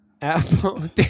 Apple